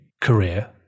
career